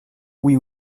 oui